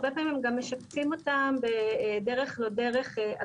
הרבה פעמים הם גם משפצים אותן בדרך לא דרך על